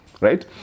right